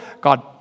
God